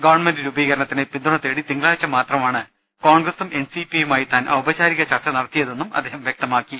government രൂപീകരണത്തിന് പിന്തുണ തേടി തിങ്കളാഴ്ച മാത്രമാണ് കോൺഗ്രസും എൻ സി പിയുമായി താൻ ഔപചാരിക ചർച്ച നടത്തിയതെന്നും അദ്ദേഹം വ്യക്തമാ ക്കി